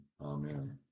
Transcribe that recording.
Amen